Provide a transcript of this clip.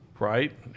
Right